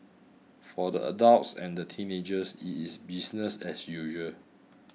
for the adults and the teenagers it is business as usual